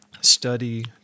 study